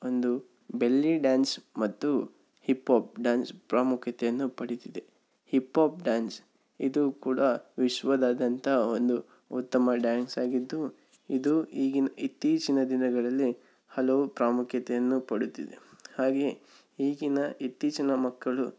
ಒಂದು belly dance ಮತ್ತು hip hop dance ಪ್ರಾಮುಖ್ಯತೆಯನ್ನು ಪಡಿತಿದೆ ಹಿಪ್ ಹಾಪ್ ಡ್ಯಾನ್ಸ್ ಇದು ಕೂಡ ವಿಶ್ವದಾದ್ಯಂತ ಒಂದು ಉತ್ತಮ ಡ್ಯಾನ್ಸ್ ಆಗಿದ್ದು ಇದು ಈಗಿನ ಇತ್ತೀಚಿನ ದಿನಗಳಲ್ಲಿ ಹಲವು ಪ್ರಾಮುಖ್ಯತೆಯನ್ನು ಪಡೆಯುತ್ತಿದೆ ಹಾಗೆಯೇ ಈಗಿನ ಇತ್ತೀಚಿನ ಮಕ್ಕಳು